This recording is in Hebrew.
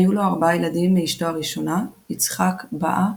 היו לו ארבעה ילדים מאשתו הראשונה יצחק, באה,